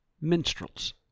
Minstrels